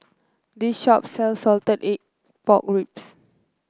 this shop sells Salted Egg Pork Ribs